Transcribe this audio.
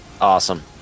Awesome